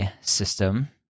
system